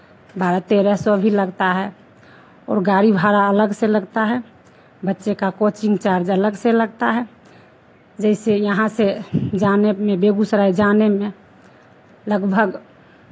बारह तेरह सौ भी लगता है और गाड़ी भाड़ा अलग से लगता है बच्चे का कोचिंग चार्ज़ अलग से लगता है जैसे यहाँ से जाने में बेगूसराय जाने में लगभग